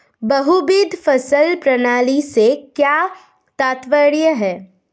बहुविध फसल प्रणाली से क्या तात्पर्य है?